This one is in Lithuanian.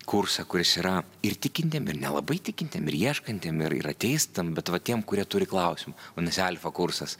kursą kuris yra ir tikintiem ir nelabai tikintiem ir ieškantiem ir ateistam bet va tiem kurie turi klausimų vadinasi alfa kursas